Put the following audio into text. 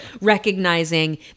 recognizing